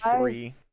three